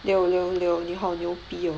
六六六你好牛逼哦